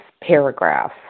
paragraph